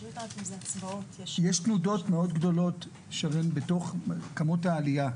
יש תנודות מאוד גדולות בתוך כמות העליה.